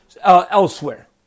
elsewhere